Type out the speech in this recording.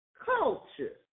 culture